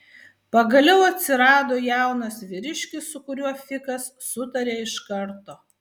pagaliau atsirado jaunas vyriškis su kuriuo fikas sutarė iš karto